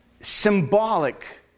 Symbolic